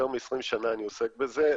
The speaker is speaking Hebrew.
יותר מ-20 שנה אני עוסק בזה.